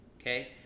Okay